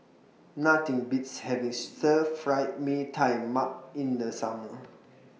Nothing Beats having Stir Fry Mee Tai Mak in The Summer